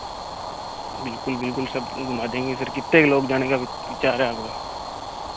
बिलकुल बिलकुल सब घुमा देंगे फिर कितने के लोग जाने का भी विचार है आपका